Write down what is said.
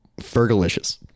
Fergalicious